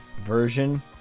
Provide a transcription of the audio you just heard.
version